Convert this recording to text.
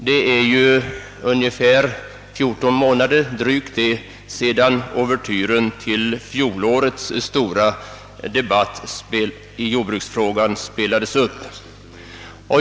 Det är ju drygt 14 månader sedan uvertyren till fjolårets stora debatt i jordbruksfrågan spelades upp.